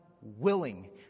willing